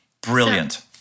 Brilliant